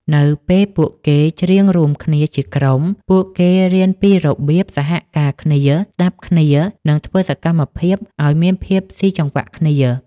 នៅពេលពួកគេច្រៀងរួមគ្នាជាក្រុម ពួកគេរៀនពីរបៀបសហការគ្នា ស្ដាប់គ្នា និងធ្វើសកម្មភាពឱ្យមានភាពស៊ីចង្វាក់គ្នា